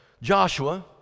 Joshua